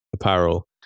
apparel